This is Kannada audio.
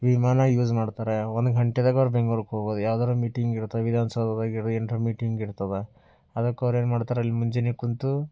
ವಿಮಾನ ಯೂಸ್ ಮಾಡ್ತಾರೆ ಒಂದು ಗಂಟೆದಾಗ ಅವ್ರು ಬೆಂಗ್ಳೂರು ಹೋಗೋರು ಯಾವ್ದಾದ್ರೂ ಮೀಟಿಂಗ್ ಇರ್ತವೆ ವಿಧಾನ ಸೌಧದಾಗ ಏನಾರ ಮೀಟಿಂಗ್ ಇರ್ತದ ಅದಕ್ಕೆ ಅವ್ರು ಏನು ಮಾಡ್ತಾರೆ ಅಲ್ಲಿ ಮುಂಜಾನೆ ಕೂತು